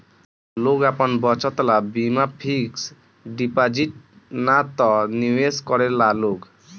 लोग आपन बचत ला बीमा फिक्स डिपाजिट ना त निवेश करेला लोग